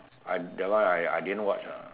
I that one I I didn't watch ah